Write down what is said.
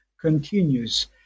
continues